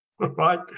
right